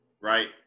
right